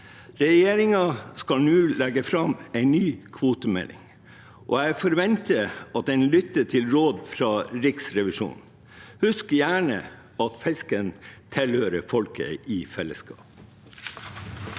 Regjeringen skal nå legge fram en ny kvotemelding, og jeg forventer at den lytter til råd fra Riksrevisjonen. Husk gjerne at fisken tilhører folket i fellesskap.